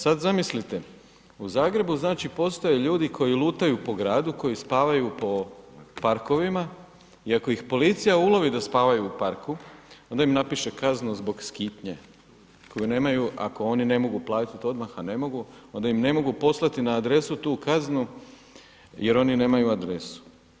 Sad zamislite, u Zagrebu znači postoje ljudi koji lutaju po gradu, koji spavaju po parkovima i ako ih policija ulovi da spavaju u parku, onda im napiše kaznu zbog skitnje, koji nemaju, ako ne mogu platiti odmah, a ne mogu, onda im ne mogu poslati na adresu tu kaznu jer oni nemaju adresu.